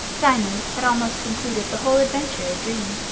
diamond had almost concluded the whole adventure a dream.